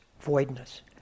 voidness